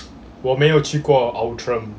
我没有去过 outram